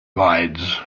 rides